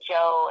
Joe